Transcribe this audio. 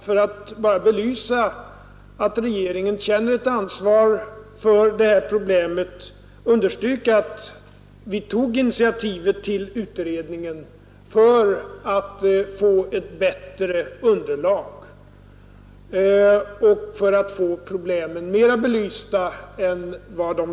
För att bara belysa att regeringen känner ett ansvar för det här problemet vill jag för det andra understryka att vi tog initiativ till utredningen för att få ett bättre underlag och för att få problemen mera belysta än tidigare.